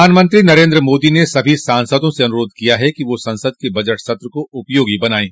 प्रधानमंत्री नरेन्द्र मोदी ने सभी सांसदों से अनुरोध किया है कि वे संसद के बजट सत्र को उपयोगी बनायें